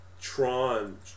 Tron